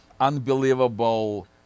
unbelievable